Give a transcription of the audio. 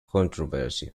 controversy